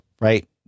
right